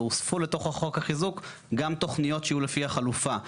והוספו לתוך חוק החיזוק גם תוכניות שיהיו לפי החלופה.